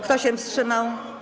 Kto się wstrzymał?